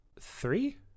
three